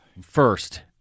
first